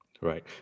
Right